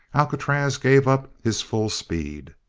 alcatraz gave up his full speed.